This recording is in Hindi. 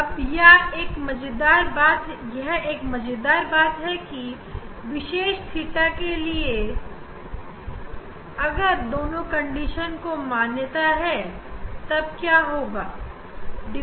अब या एक मजेदार बात यह है कि विशेष थीटा के लिए विशेष थीटा अगर दोनों कंडीशन को मानता है तब क्या होगा